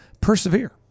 persevere